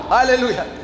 Hallelujah